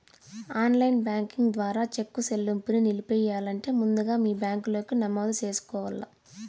online banking ద్వారా cheque సెల్లింపుని నిలిపెయ్యాలంటే ముందుగా మీ బ్యాంకిలో నమోదు చేసుకోవల్ల